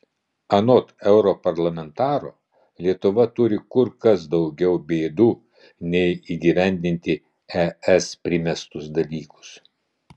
anot europarlamentaro lietuva turi kur kas daugiau bėdų nei įgyvendinti es primestus dalykus